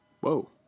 whoa